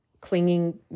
clinging